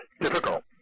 difficult